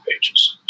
pages